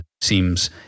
seems